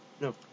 No